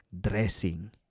dressing